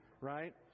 right